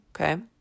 okay